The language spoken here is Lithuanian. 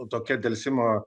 tokia delsimo